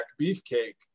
beefcake